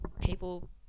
people